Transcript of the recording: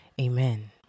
Amen